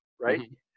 right